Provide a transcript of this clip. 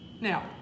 Now